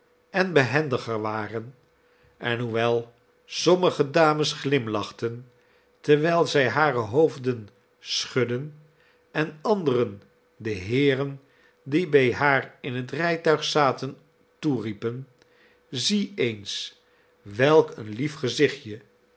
en behendiger waren en hoewel sommige dames glimlachten terwijl zij hare hoofden schudden en anderen de heeren die bij haar in het rijtuig zaten toeriepen zie eens welk een lief gezichtjel